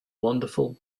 wonderful